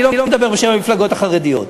אני לא מדבר בשם המפלגות החרדיות.